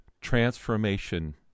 transformation